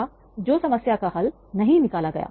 या जो समस्या का हल नहीं निकाला गया